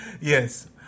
Yes